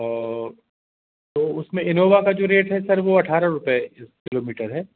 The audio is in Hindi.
और तो उसमें इनोवा का जो रेट है सर वो अठारह रुपए किलोमीटर है